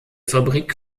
fabrik